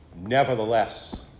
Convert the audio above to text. nevertheless